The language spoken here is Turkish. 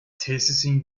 tesisin